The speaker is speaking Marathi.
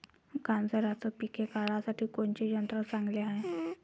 गांजराचं पिके काढासाठी कोनचे यंत्र चांगले हाय?